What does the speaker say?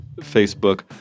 Facebook